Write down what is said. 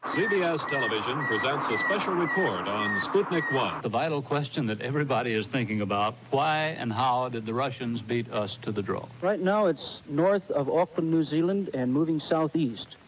television presents a special report on sputnik one. the vital question that everybody is thinking about, why and how ah did the russians beat us to the draw? right now it's north of auckland, new zealand, and moving southeast.